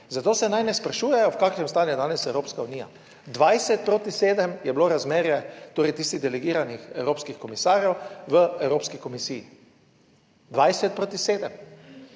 zato se naj ne sprašujejo v kakšnem stanju je danes Evropska unija. 20 proti sedem je bilo razmerje, torej tistih delegiranih evropskih komisarjev v Evropski komisiji, 20 proti